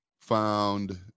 found